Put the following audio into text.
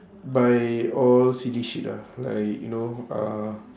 buy all silly shit ah like you know uh